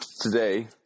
today